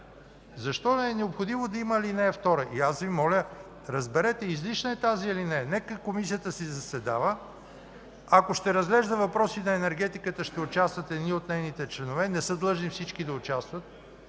Защо е необходимо да има ал. 2? Моля Ви, разберете, излишна е тази алинея. Нека Комисията си заседава и ако ще разглежда въпроси на енергетиката, ще участват едни от нейните членове – не са длъжни всички да участват.